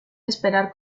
esperar